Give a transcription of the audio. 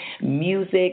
music